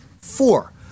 Four